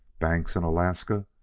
banks in alaska!